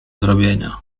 zrobienia